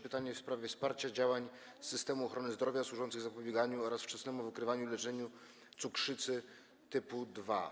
Pytanie jest w sprawie wsparcia działań systemu ochrony zdrowia służących zapobieganiu oraz wczesnemu wykrywaniu i leczeniu cukrzycy typu 2.